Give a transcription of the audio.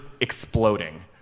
exploding